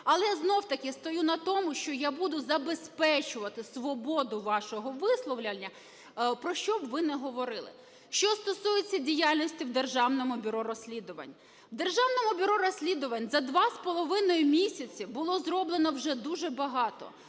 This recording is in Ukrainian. Але знов-таки стою на тому, що я буду забезпечувати свободу вашого висловлення, про що б ви не говорили. Що стосується діяльності в Державному бюро розслідувань. В Державному бюро розслідувань за 2,5 місяці було зроблено вже дуже багато.